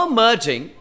merging